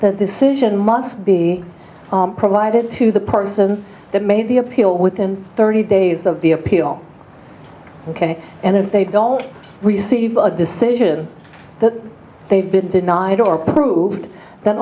that decision must be provided to the partisans that made the appeal within thirty days of the appeal ok and if they don't receive a decision that they've been denied or proved th